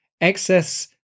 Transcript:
excess